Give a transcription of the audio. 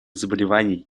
заболеваний